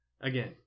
Again